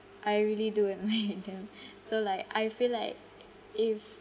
I really do and like them so like I feel like if